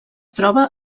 troba